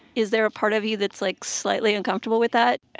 is there a part of you that's, like, slightly uncomfortable with that?